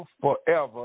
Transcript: forever